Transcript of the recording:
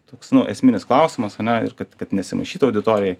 toks nu esminis klausimas ane ir kad kad nesimaišytų auditorijai